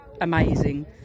amazing